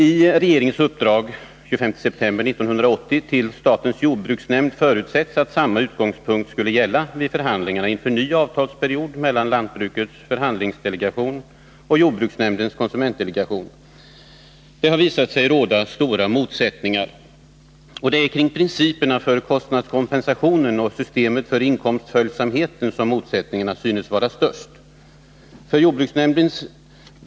I regeringens uppdrag den 25 september 1980 till statens jordbruksnämnd förutsätts att samma utgångspunkt skulle gälla vid förhandlingarna inför ny avtalsperiod mellan lantbrukets förhandlingsdelegation och jordbruksnämndens konsumentdelegation. Det har visat sig råda stora motsättningar. Det är kring principerna för kostnadskompensationen och systemet för inkomstföljsamheten som motsättningarna synes vara störst.